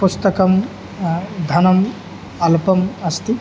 पुस्तके धनम् अल्पम् अस्ति